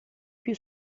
più